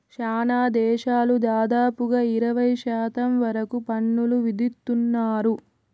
శ్యానా దేశాలు దాదాపుగా ఇరవై శాతం వరకు పన్నులు విధిత్తున్నారు